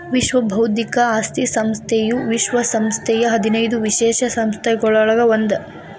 ವಿಶ್ವ ಬೌದ್ಧಿಕ ಆಸ್ತಿ ಸಂಸ್ಥೆಯು ವಿಶ್ವ ಸಂಸ್ಥೆಯ ಹದಿನೈದು ವಿಶೇಷ ಸಂಸ್ಥೆಗಳೊಳಗ ಒಂದ್